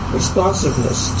responsiveness